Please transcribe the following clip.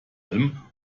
allem